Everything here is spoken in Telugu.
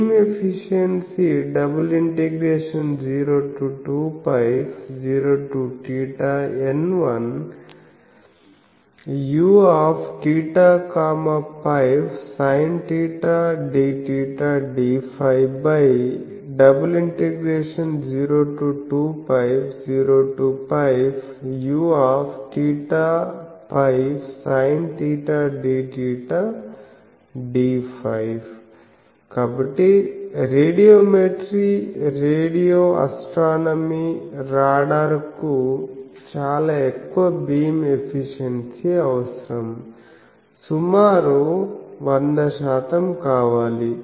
బీమ్ ఎఫిషియన్సీ∬0 to 2π0 to θn1Uθφsinθdθdφ∬0 to 2π0 to πUθφsinθdθdφ కాబట్టి రేడియోమెట్రీ రేడియో ఆస్ట్రానమీ రాడార్కు చాలా ఎక్కువ బీమ్ ఎఫిషియన్సీ అవసరం సుమారు 100 శాతం కావాలి